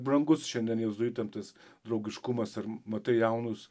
brangus šiandien jėzuitam tas draugiškumas ar matai jaunus